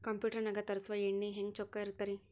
Computer ನಾಗ ತರುಸುವ ಎಣ್ಣಿ ಹೆಂಗ್ ಚೊಕ್ಕ ಇರತ್ತ ರಿ?